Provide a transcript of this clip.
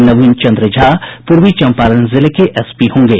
नवीन चंद्र झा पूर्वी चंपारण जिले के एसपी होंगे